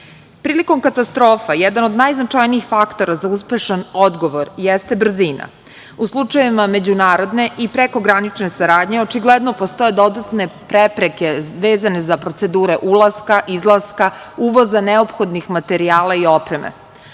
način. Prilikom katastrofa jedan od najznačajnijih faktora za uspešan odgovor jeste brzina. U slučajevima međunarodne i prekogranične saradnje očigledno postoje dodatne prepreke vezane za procedure ulaska, izlaska, uvoza neophodnih materijala i opreme. Ovaj